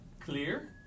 Clear